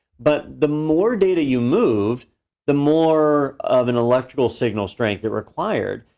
but the more data you moved the more of an electrical signal strength it required,